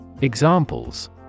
Examples